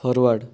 forward